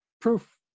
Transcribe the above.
proof